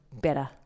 better